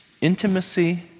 intimacy